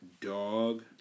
dog